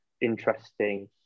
interesting